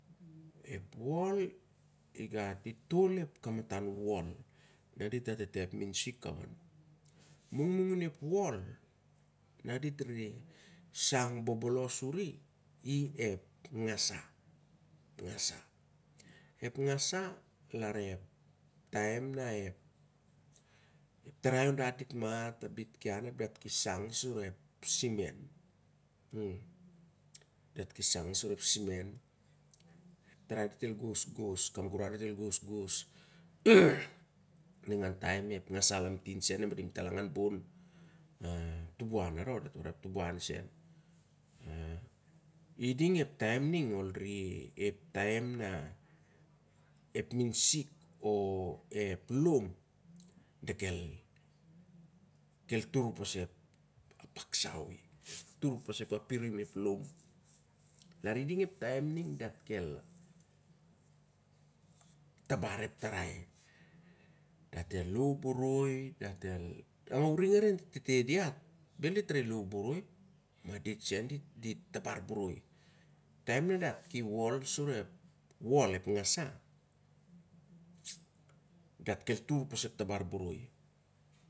Ep and, igat itol kamatan and, ga dit rere atete kaon. Mungmaangin ep and na dit rere shang bobolos suri ep nagasa, ep nagasa. Ep nagasa larep taim na ep. epsi tarai on dat dit mat, ap dit shang sur ep simen. Dat ki shang sur ep simen. Ep tarai dit el gosgos, kam gurardit el gosgos o ep algasa lamtin sen, e madim talang an ban, ep tubuan aro? Dat awarai ep tubuan. I din ep taim niug, ep tawai dit el o ep lom dekel tur pas ep apaksau i. Tur pas ep adirim ep lom lari ding ep taim ning dat kel tur pas ep lom. Lari ding ep taimi ning dat kel tur pas ep tabar ep tarai lou boroi, ma uring and e tete diat bel dit rere lou boroi, ma dit send it rere tabar boroi taim na di and sur ep ad ep nagasa dat kel tur pas ep tabar boroi.